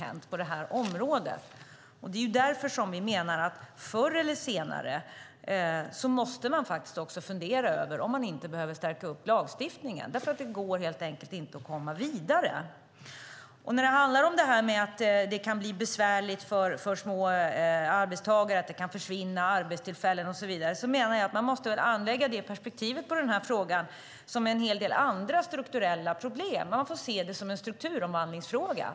Det är därför vi menar att man förr eller senare måste fundera över om man inte behöver stärka lagstiftningen. Det går helt enkelt inte att komma vidare. När det handlar om att det kan bli besvärligt för små arbetsgivare, att det kan försvinna arbetstillfällen och så vidare, menar jag att man måste anlägga samma perspektiv på den här frågan som på en hel del andra strukturella problem. Man får se det som en strukturomvandlingsfråga.